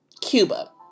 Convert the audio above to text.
Cuba